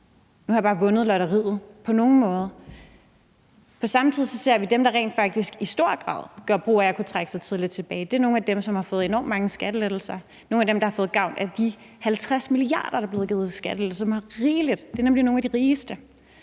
nu har jeg bare vundet i lotteriet. Samtidig ser vi rent faktisk, at dem, der i høj grad gør brug af at kunne trække sig tidligt tilbage, er nogle af dem, som har fået enormt mange skattelettelser. Det er nogle af dem, som har fået gavn af de 50 mia. kr., der er blevet givet til skattelettelser, og som har rigeligt. Det er nemlig nogle af de rigeste.